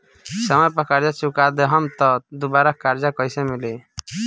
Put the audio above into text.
समय पर कर्जा चुका दहम त दुबाराकर्जा कइसे मिली?